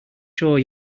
sure